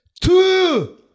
Two